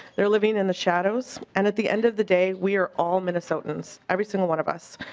they're living in the shadows and at the end of the date we're all minnesotans. every single one of us.